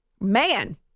Man